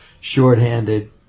shorthanded